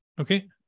okay